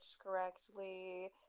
correctly